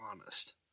honest